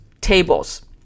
tables